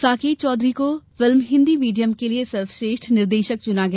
साकेत चौधरी को film Hindi medium के लिए ्सर्वश्रेष्ठ निर्देशक चुना गया